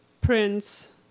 prince